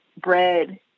bread